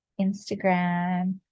Instagram